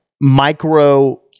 micro